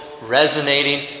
resonating